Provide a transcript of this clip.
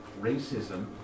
Racism